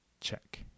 Check